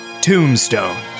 Tombstone